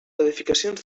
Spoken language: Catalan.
edificacions